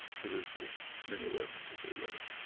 produce as many weapons as they like.